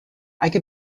اگه